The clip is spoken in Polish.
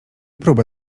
próbę